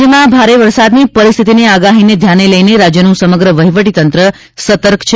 રાજ્યમાં ભારે વરસાદની પરિસ્થિતીની આગાહીને ધ્યાને લઇને રાજ્યનું સમગ્ર વહીવટીતંત્ર સતર્ક છે